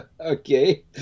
Okay